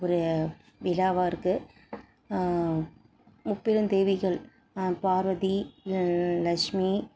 ஒரு விழாவாக இருக்குது முப்பெருந்தேவிகள் பார்வதி லக்ஷ்மி